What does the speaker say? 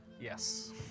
Yes